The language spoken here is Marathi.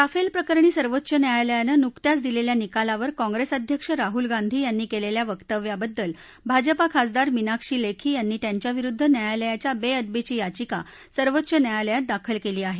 राफेल प्रकरणी सर्वोच्च न्यायालयानं नुकत्याच दिलेल्या निकालावर कॉंप्रेसअध्यक्ष राहुल गांधी यांनी केलेल्या वक्त्व्याबद्दल भाजपा खासदार मिनाक्षी लेखी यांनी त्यांच्या विरुद्ध न्यायालयाच्या बेअदबीची याचिका सर्वोच्च न्यायालयात दाखल केली आहे